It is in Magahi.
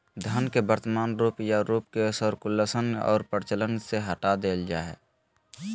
धन के वर्तमान रूप या रूप के सर्कुलेशन और प्रचलन से हटा देल जा हइ